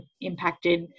impacted